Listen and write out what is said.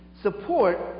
support